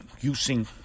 using